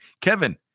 Kevin